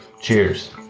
Cheers